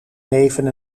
neven